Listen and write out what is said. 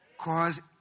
cause